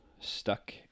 stuck